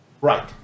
right